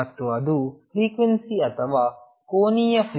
ಮತ್ತು ಅದು ಫ್ರಿಕ್ವೆನ್ಸಿ ಅಥವಾ ಕೋನೀಯ ಫ್ರಿಕ್ವೆನ್ಸಿ ω